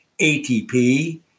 ATP